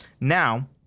Now